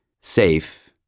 safe